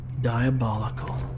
Diabolical